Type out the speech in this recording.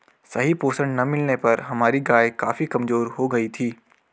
सही पोषण ना मिलने पर हमारी गाय काफी कमजोर हो गयी थी